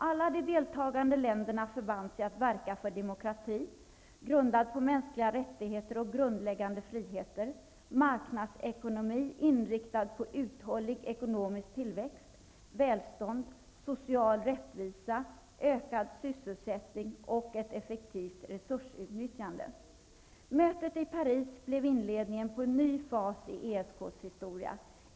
Alla de deltagande länderna förband sig att verka för demokrati, grundad på mänskliga rättigheter och grundläggande friheter, marknadsekonomi inriktad på uthållig ekonomisk tillväxt, välstånd, social rättvisa, ökad sysselsättning och ett effektivt resursutnyttjande. Mötet i Paris blev inledningen på en ny fas i ESK:s historia.